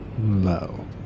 low